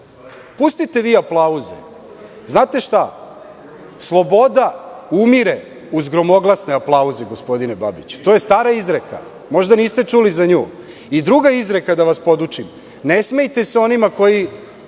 Pustite vi aplauze. Znate šta, sloboda umire uz gromoglasne aplauze, gospodine Babiću. To je stara izreka. Možda niste čuli za nju. Druga izreka, da vas podučim, glasi – ne smejte se onima koji